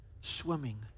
swimming